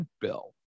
bill